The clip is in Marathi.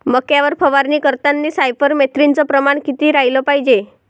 मक्यावर फवारनी करतांनी सायफर मेथ्रीनचं प्रमान किती रायलं पायजे?